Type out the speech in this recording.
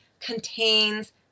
contains